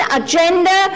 agenda